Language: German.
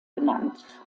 benannt